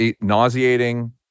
nauseating